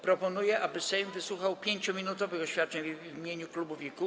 Proponuję, aby Sejm wysłuchał 5-minutowych oświadczeń w imieniu klubów i kół.